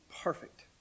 perfect